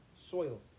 soil